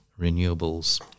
renewables